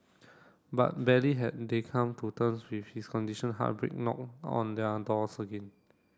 but barely had they come to terms with his condition heartbreak knocked on their doors again